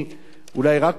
אולי רק לפגוע,